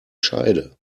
scheide